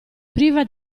priva